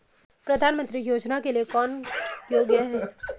प्रधानमंत्री योजना के लिए कौन योग्य है?